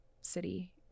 city